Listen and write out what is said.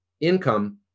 income